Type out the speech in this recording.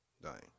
dying